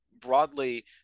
broadly